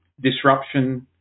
disruption